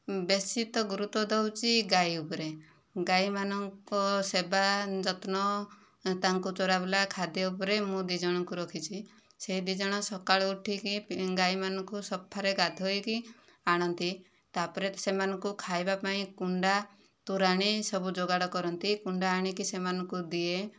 ବେଶି ତ ଗୁରୁତ୍ୱ ଦେଉଛି ଗାଈ ଉପରେ ଗାଈମାନଙ୍କ ସେବା ଯତ୍ନ ତାଙ୍କୁ ଚରା ବୁଲା ଖାଦ୍ୟ ଉପରେ ମୁଁ ଦୁଇ ଜଣଙ୍କୁ ରଖିଛି ସେ ଦୁଇ ଜଣ ସକାଳୁ ଉଠିକି ଗାଈମାନଙ୍କୁ ସଫାରେ ଗାଧୋଇକି ଆଣନ୍ତି ତା'ପରେ ସେମାନଙ୍କୁ ଖାଇବା ପାଇଁ କୁଣ୍ଡା ତୋରାଣୀ ସବୁ ଯୋଗାଡ଼ କରନ୍ତି କୁଣ୍ଡା ଆଣିକି ସେମାନଙ୍କୁ ଦିଏ